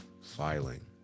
filing